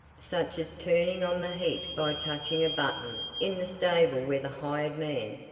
such as turning on the heat by touching a button in the stable where the hired man,